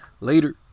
Later